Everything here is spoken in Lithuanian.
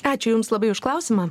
ačiū jums labai už klausimą